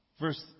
Verse